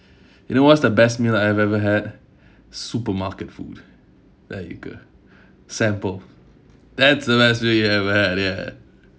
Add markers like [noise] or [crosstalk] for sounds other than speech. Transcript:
you know what's the best meal I have ever had supermarket food like a [breath] sample that's the best meal you ever had ya